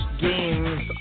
games